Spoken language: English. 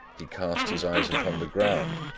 he cast his eyes upon the ground,